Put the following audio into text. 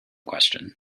question